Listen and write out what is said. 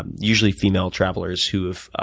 usually female travelers who have